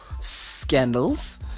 scandals